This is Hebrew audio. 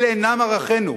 אלה אינם ערכינו.